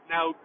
Now